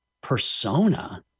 persona